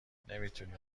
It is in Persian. نمیتونی